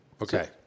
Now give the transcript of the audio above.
Okay